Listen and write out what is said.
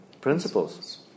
principles